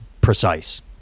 precise